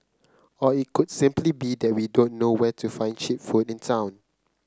or it could simply be that we don't know where to find cheap food in town